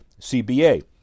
CBA